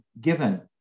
given